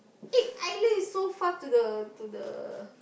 eh island is so far to the to the